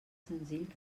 senzill